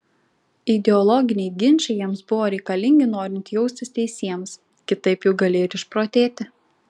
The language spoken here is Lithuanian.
ideologiniai ginčai jiems buvo reikalingi norint jaustis teisiems kitaip juk gali ir išprotėti